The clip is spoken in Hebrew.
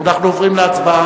אנחנו עוברים להצבעה.